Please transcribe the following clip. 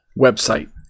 website